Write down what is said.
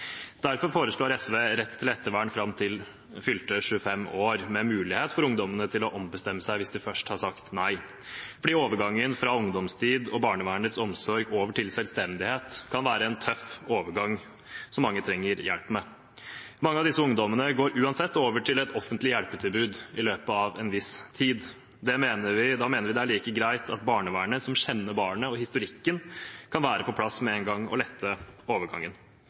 Derfor foreslår SV rett til ettervern fram til fylte 25 år, med mulighet for ungdommene til å ombestemme seg hvis de først har sagt nei, for overgangen fra ungdomstid og barnevernets omsorg til selvstendighet kan være en tøff overgang, som mange trenger hjelp med. Mange av disse ungdommene går uansett over til et offentlig hjelpetilbud i løpet av en viss tid. Da mener vi det er like greit at barnevernet, som kjenner barnet og historikken, kan være på plass med én gang og lette overgangen.